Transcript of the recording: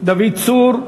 דוד צור.